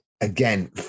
again